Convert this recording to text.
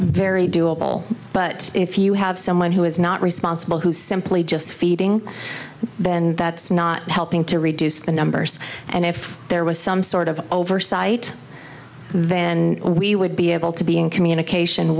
very doable but if you have someone who is not responsible who simply just feeding then that's not helping to reduce the numbers and if there was some sort of oversight then we would be able to be in communication